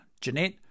Jeanette